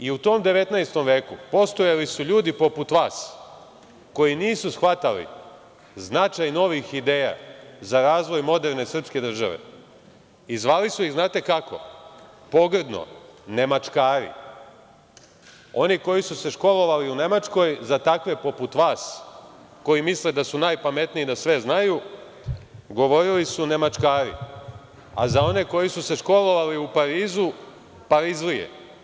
I u tom 19. veku postojali su ljudi poput vas koji nisu shvatali značaj novih ideja za razvoj moderne srpske države i zvali su ih, znate kako, pogrdno, „nemačkari“, oni koji su se školovali u Nemačkoj, za takve poput vas, koji misle da su najpametniji i da sve znaju, govorili su „nemačkari“, a za one koji su se školovali u Parizu „parizlije“